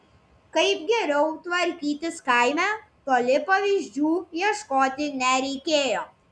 kaip geriau tvarkytis kaime toli pavyzdžių ieškoti nereikėjo